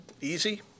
easy